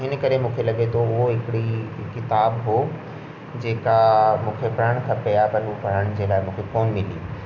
इन करे मूंखे लॻे थो हूअ हिकिड़ी किताबु हो जेका मूंखे पढ़णु खपे या त उहो पढ़ण जे लाइ मूंखे कोन मिली